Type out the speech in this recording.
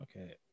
Okay